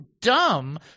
dumb